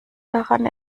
daran